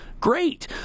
great